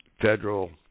Federal